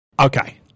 okay